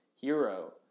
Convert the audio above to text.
hero